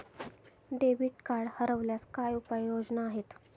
Debit card हरवल्यास काय उपाय योजना आहेत?